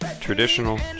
traditional